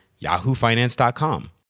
yahoofinance.com